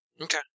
Okay